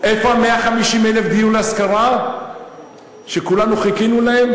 איפה ה-150,000 דירות להשכרה, שכולנו חיכינו להן?